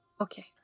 Okay